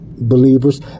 believers